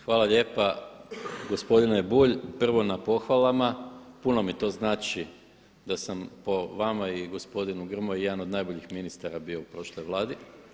Hvala lijepa gospodine Bulj prvo na pohvalama, puno mi to znači da sam po vama i gospodinu Grmoji jedan od najboljih ministara bio u prošloj vladi.